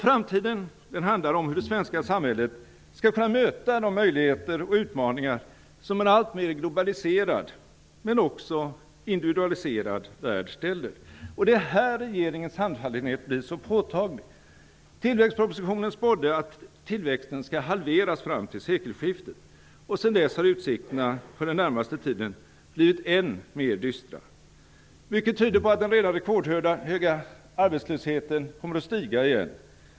Framtiden handlar om hur det svenska samhället skall kunna möta de möjligheter och utmaningar som en alltmer globaliserad, men också individualiserad, värld ställer. Det är här som regeringens handfallenhet blir så påtaglig. I tillväxtpropositionen spås att tillväxten halveras fram till sekelskiftet. Men sedan dess har utsikterna för den närmaste tiden blivit ännu dystrare. Mycket tyder på att den redan rekordhöga arbetslösheten kommer att stiga igen.